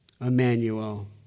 Emmanuel